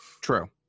true